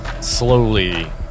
slowly